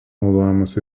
naudojamas